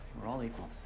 we're all equal.